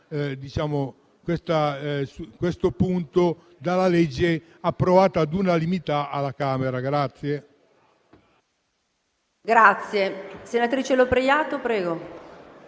questo punto dalla legge approvata all'unanimità alla Camera.